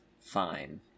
fine